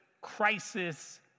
crisis